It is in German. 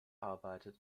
arbeitet